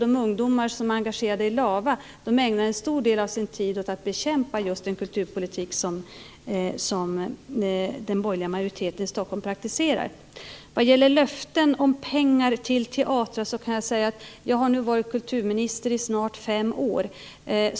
De ungdomar som är engagerade i Lava ägnar en stor del av sin tid åt att bekämpa just den kulturpolitik som den borgerliga majoriteten i Stockholm praktiserar. Vad gäller löften om pengar till teatrar kan jag säga följande. Jag har nu varit kulturminister i snart fem år.